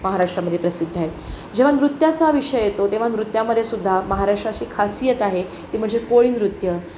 महाराष्ट्रामध्ये प्रसिद्ध आहेत जेव्हा नृत्याचा विषय येतो तेव्हा नृत्यामध्येसुद्धा महाराष्ट्राशी खासीयत आहे ती म्हणजे कोळीनृत्य